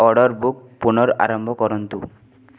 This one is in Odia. ଅର୍ଡ଼ର୍ ବୁକ୍ ପୁନଃ ଆରମ୍ଭ କରନ୍ତୁ